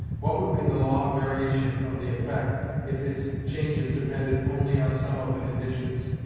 what would be the law of variation of the effect if its changes depended only on some of the conditions,